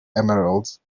emeralds